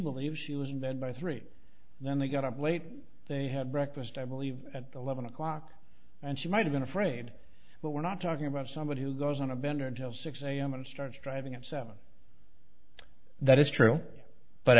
believes she was in bed by three and then they got up late they had breakfast i believe at the leaven o'clock and she might have been afraid but we're not talking about somebody who goes on a bender until six am and starts driving at seven that is true but